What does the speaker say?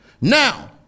Now